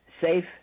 safe